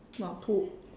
no two